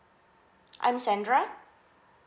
I'm sandra